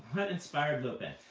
inspired lopen?